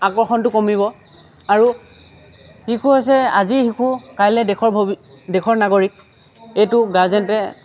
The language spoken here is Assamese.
আকৰ্ষণটো কমিব আৰু শিশু হৈছে আজিৰ শিশু কাইলৈ দেশৰ ভৱি দেশৰ নাগৰিক এইটো গাৰ্জেনে